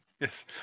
yes